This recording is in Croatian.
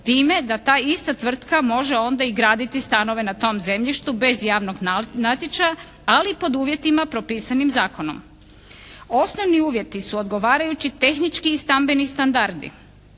time da ta ista tvrtka može onda i graditi stanove na tom zemljištu bez javnog natječaja, ali pod uvjetima propisanim zakonom. Osnovni uvjeti su odgovarajući tehnički i stambeni standardi